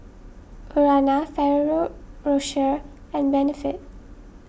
Urana Ferrero Rocher and Benefit